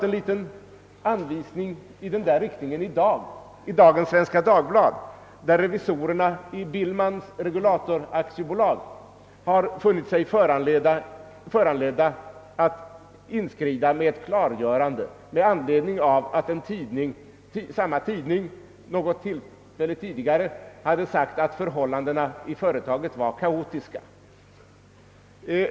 En liten anvisning i den riktningen ges i dagens Svenska Dagblad där revisorerna i Billmans Regulator AB har funnit sig föranledda att inskrida med ett klargörande med anledning av att samma tidning vid ett tidigare tillfälle hade skrivit, att förhållandena i företaget var kaotiska.